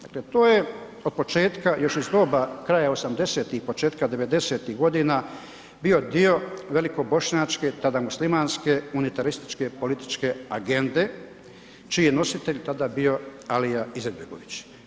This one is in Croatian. Dakle to je od početka još iz doba kraja 80-ih i početka 90-ih godina, bio dio velikobošnjačke tada muslimanske unitarističke političke agende čiji je nositelj tada bio Alija Izetbegović.